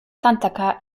tantaka